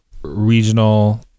regional